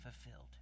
fulfilled